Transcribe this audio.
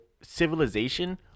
civilization